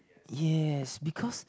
yes because